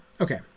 okay